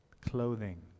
Clothing